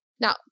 Now